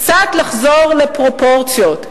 קצת לחזור לפרופורציות.